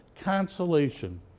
consolation